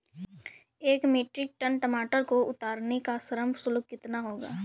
एक metric ton टमाटर को उतारने का श्रम शुल्क कितना होगा?